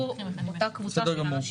בסדר גמור.